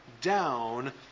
down